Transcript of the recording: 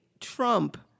Trump